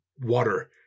water